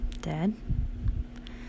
dead